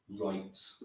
right